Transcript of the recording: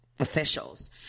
officials